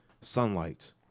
Sunlight